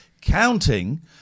counting